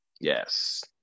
yes